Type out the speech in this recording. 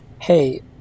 Hey